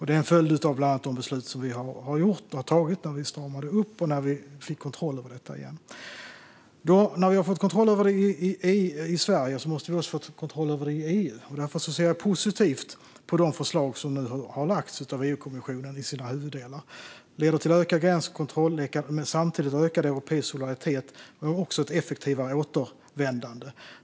Det är en följd av bland annat de beslut som fattades när det skedde en uppstramning och vi fick kontroll över detta igen. När vi har fått kontroll över migrationen i Sverige måste vi också få kontroll i EU. Därför ser jag positivt på de förslag som nu har lagts av EU-kommissionen i sina huvuddelar. De leder till ökad gränskontroll, ökad europeisk solidaritet och ett effektivare återvändande.